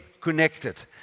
connected